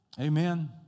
Amen